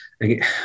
again